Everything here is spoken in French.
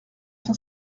cent